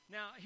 Now